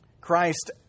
Christ